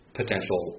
potential